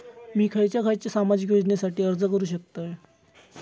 मी खयच्या खयच्या सामाजिक योजनेसाठी अर्ज करू शकतय?